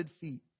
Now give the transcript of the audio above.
feet